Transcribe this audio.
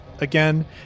again